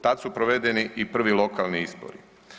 Tad su provedeni i prvi lokalni izbori.